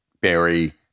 Barry